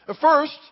first